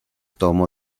tomo